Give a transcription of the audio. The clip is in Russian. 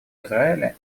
израиля